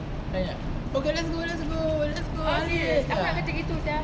then like okay let's go let's go let's go ah